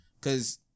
cause